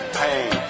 pain